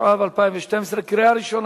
התשע"ב 2012. קריאה ראשונה,